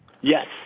Yes